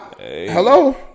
Hello